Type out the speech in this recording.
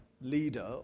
leader